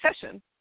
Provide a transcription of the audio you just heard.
session